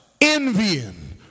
envying